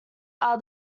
are